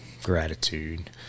gratitude